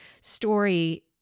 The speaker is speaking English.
story